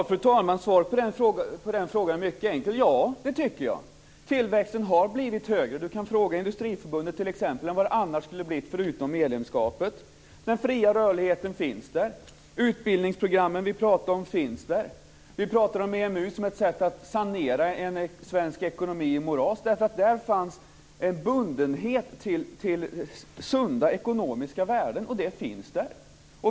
Fru talman! Svaret på den frågan är mycket enkelt: Ja, det tycker jag. Tillväxten har blivit högre. Lars Ohly kan fråga t.ex. Industriförbundet hur det skulle ha blivit utan medlemskapet. Den fria rörligheten finns. Utbildningsprogrammen som vi talade om finns. Vi talar om EMU som ett sätt att sanera en svensk ekonomi i moras, eftersom det där fanns en bundenhet till sunda ekonomiska värden. Och det finns där.